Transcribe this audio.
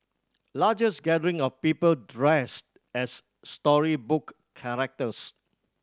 largest gathering of people dressed as storybook characters